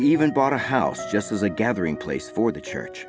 even bought a house just as a gathering place for the church